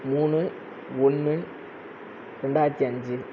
மூணு ஒன்று ரெண்டாயிரத்தி அஞ்சு